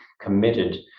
committed